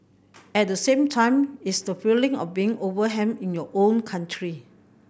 at the same time it's the feeling of being overwhelmed in your own country